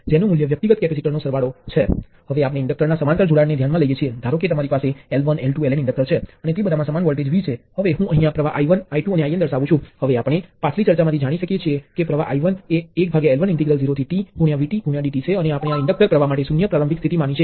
તેથી વોલ્ટેજ સ્ત્રોત અને એક એલિમેન્ટનું સમાંતર સંયોજન ફક્ત તે જ વોલ્ટેજ સ્રોત V0 ની સમકક્ષ છે